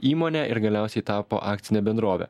įmonę ir galiausiai tapo akcine bendrove